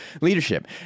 leadership